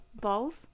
Balls